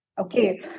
Okay